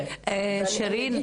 שירין,